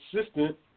assistant